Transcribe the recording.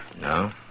No